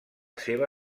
seva